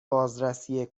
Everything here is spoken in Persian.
بازرسی